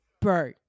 Bro